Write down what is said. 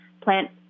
plant